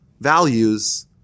values